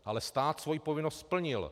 Ale stát svoji povinnost splnil.